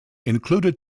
included